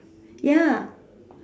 ya